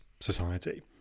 society